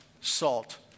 salt